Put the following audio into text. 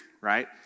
right